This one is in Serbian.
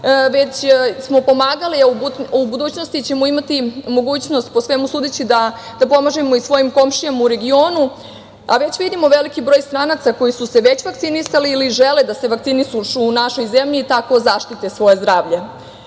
već smo pomagali, a u budućnosti ćemo imati mogućnost da pomažemo i svojim komšijama u regionu, a već vidimo veliki broj stranaca koji su se već vakcinisali ili žele da se vakcinišu u našoj zemlji i tako zaštite svoje zdravlje. Sve